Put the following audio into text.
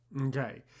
Okay